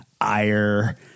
ire